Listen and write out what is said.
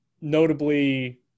Notably